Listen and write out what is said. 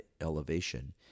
elevation